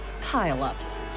pile-ups